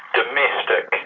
domestic